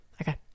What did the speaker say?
Okay